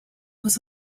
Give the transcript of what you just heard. was